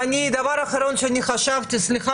הדבר האחרון שאני חשבתי עליו סליחה,